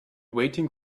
waiting